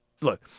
Look